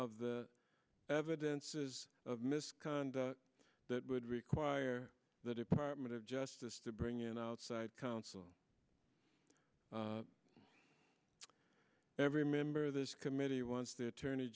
of the evidences of misconduct that would require the department of justice to bring in outside counsel every member of this committee wants the attorney